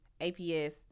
APS